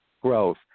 growth